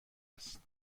است